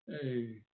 Hey